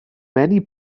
many